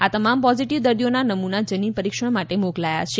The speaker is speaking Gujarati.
આ તમામ પોઝીટીવ દર્દીઓના નમુના જનીન પરીક્ષણ માટે મોકલાયા છે